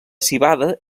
civada